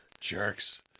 Jerks